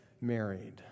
married